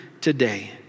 today